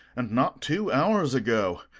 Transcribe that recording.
and not two hours ago,